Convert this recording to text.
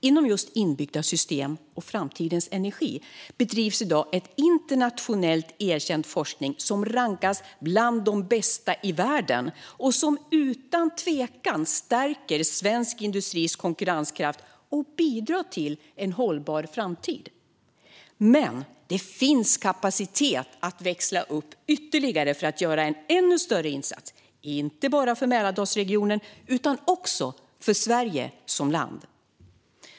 Inom just inbyggda system och framtidens energi bedrivs i dag internationellt erkänd forskning. Den rankas bland de bästa i världen, stärker utan tvekan svensk industris konkurrenskraft och bidrar till en hållbar framtid. Men det finns kapacitet att växla upp ytterligare för att göra en ännu större insats, inte bara för Mälardalsregionen utan också för Sverige som land.